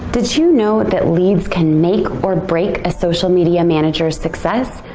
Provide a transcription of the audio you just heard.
did you know that leads can make or break a social media manager's success?